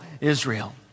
Israel